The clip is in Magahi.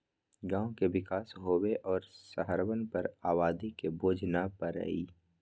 गांव के विकास होवे और शहरवन पर आबादी के बोझ न पड़ई